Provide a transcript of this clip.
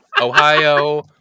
Ohio